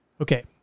Okay